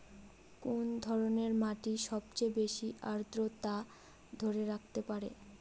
কোন ধরনের মাটি সবচেয়ে বেশি আর্দ্রতা ধরে রাখতে পারে?